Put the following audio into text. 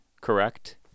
correct